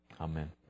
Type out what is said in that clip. Amen